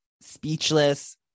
Speechless